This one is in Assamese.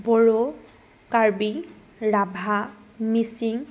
বড়ো কাৰ্বি ৰাভা মিচিং